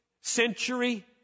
century